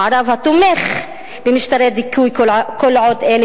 המערב התומך במשטרי דיכוי כל עוד אלה